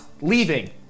leaving